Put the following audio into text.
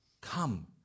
come